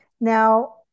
Now